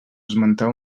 esmentar